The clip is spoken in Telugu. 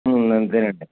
అంతే అండి